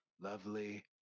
lovely